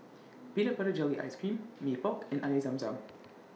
Peanut Butter Jelly Ice Cream Mee Pok and Air Zam Zam